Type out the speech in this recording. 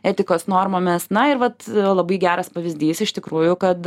etikos normomis na ir vat labai geras pavyzdys iš tikrųjų kad